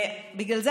בגלל זה,